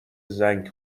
زنگ